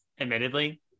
admittedly